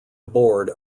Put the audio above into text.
aboard